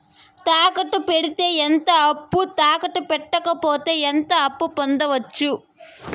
తాకట్టు పెడితే ఎంత అప్పు, తాకట్టు పెట్టకపోతే ఎంత అప్పు పొందొచ్చు?